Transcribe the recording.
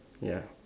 ya